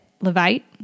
Levite